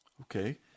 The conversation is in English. Okay